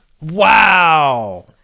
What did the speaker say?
Wow